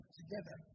together